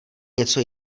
něco